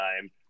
time